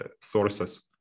sources